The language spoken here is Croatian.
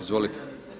Izvolite.